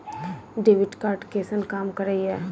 Debit card कैसन काम करेया?